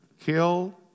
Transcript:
kill